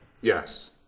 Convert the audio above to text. Yes